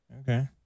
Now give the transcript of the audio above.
Okay